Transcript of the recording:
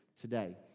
today